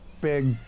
big